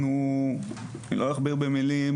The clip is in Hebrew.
אני לא אכביר במילים,